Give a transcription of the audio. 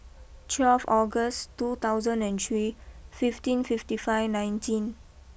twelve August two thousand and three fifteen fifty five nineteen